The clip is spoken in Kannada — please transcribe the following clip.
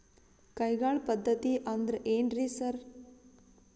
ಕೈಗಾಳ್ ಪದ್ಧತಿ ಅಂದ್ರ್ ಏನ್ರಿ ಸರ್?